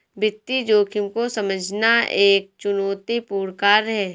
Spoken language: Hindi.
वित्तीय जोखिम को समझना एक चुनौतीपूर्ण कार्य है